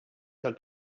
tal